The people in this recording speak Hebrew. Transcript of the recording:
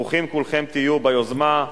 ברוכים כולכם תהיו ביוזמה,